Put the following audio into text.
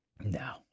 No